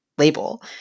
label